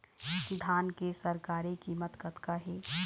धान के सरकारी कीमत कतका हे?